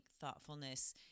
thoughtfulness